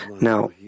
Now